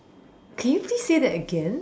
can you please say that again